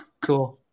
Cool